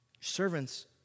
servants